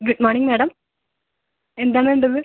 good morning madam എന്താ വേണ്ടത്